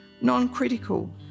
non-critical